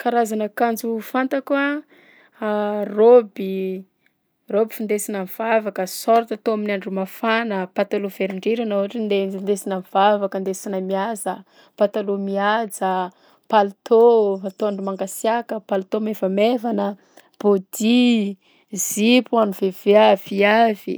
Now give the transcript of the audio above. Karazana akanjo fantako a: raoby, raoby findesina mivavaka, sorta atao amin'ny andro mafana, pantaloha velondrirana ohatra nde- ndesina mivavaka, ndesina miasa; pataloha mihaja, paltô atao andro mangasiaka, paltô maivamaivana, body, zipo ho an'ny vevia- viavy.